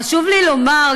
חשוב לי לומר,